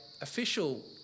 official